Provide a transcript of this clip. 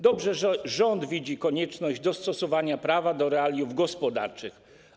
Dobrze, że rząd widzi konieczność dostosowania prawa do realiów gospodarczych.